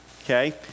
okay